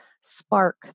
spark